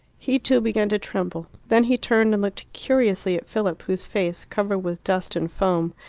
he too began to tremble. then he turned and looked curiously at philip, whose face, covered with dust and foam,